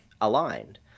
aligned